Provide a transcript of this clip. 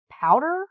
powder